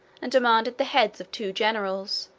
and demanded the heads of two generals,